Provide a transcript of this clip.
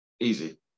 easy